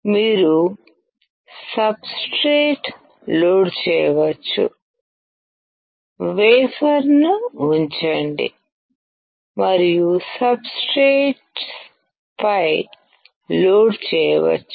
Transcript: మీరు substrate load చేయవచ్చు వేఫర్ను ఉంచండి మరియు సబ్ స్ట్రేట్పై లోడ్ చేయవచ్చు